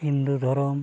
ᱦᱤᱱᱫᱩ ᱫᱷᱚᱨᱚᱢ